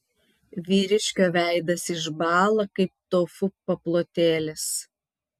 vyriškio veidas išbąla kaip tofu paplotėlis